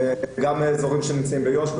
באזורים שנמצאים ביו"ש.